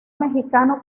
mexicano